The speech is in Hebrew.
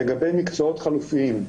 לגבי מקצועות חלופיים,